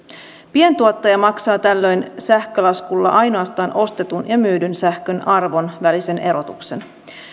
pientuottaja maksaa tällöin sähkölaskulla ainoastaan ostetun ja myydyn sähkön arvon välisen erotuksen